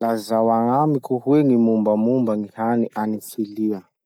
Lazao agnamiko hoe gny mombamomba gny hany agny Silia?